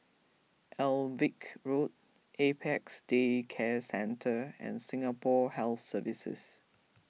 Alnwick Road Apex Day Care Centre and Singapore Health Services